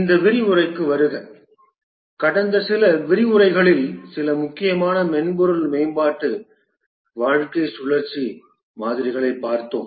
இந்த விரிவுரைக்கு வருக கடந்த சில விரிவுரைகளில் சில முக்கியமான மென்பொருள் மேம்பாட்டு வாழ்க்கை சுழற்சி மாதிரிகளைப் பார்த்தோம்